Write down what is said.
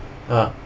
ah